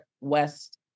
West